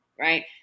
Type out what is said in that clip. right